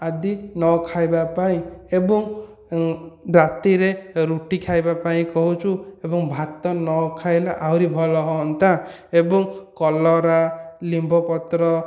ଆଦି ନ ଖାଇବା ପାଇଁ ଏବଂ ରାତିରେ ରୁଟି ଖାଇବା ପାଇଁ କହୁଛୁ ଏବଂ ଭାତ ନଖାଇଲେ ଆହୁରି ଭଲ ହୁଅନ୍ତା ଏବଂ କଲରା ଲିମ୍ବପତ୍ର